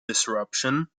disruption